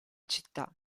città